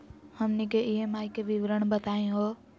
हमनी के ई.एम.आई के विवरण बताही हो?